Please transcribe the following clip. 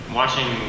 watching